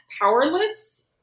powerless